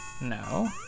No